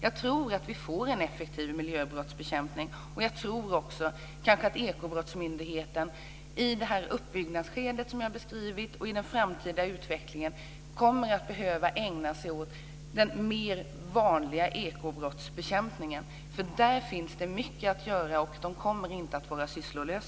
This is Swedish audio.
Jag tror att vi får en effektiv miljöbrottsbekämpning, och jag tror också att Ekobrottsmyndigheten i det här uppbyggnadsskedet, som jag har beskrivit, och i den framtida utvecklingen kommer att behöva ägna sig åt den mer vanliga ekobrottsbekämpningen för där finns det mycket att göra, och man kommer inte att vara sysslolös.